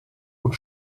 und